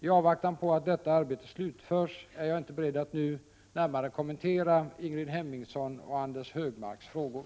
I avvaktan på att detta arbete slutförs är jag inte beredd att nu närmare kommentera Ingrid Hemmingssons och Anders G Högmarks frågor.